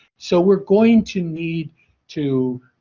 so, we're going to need to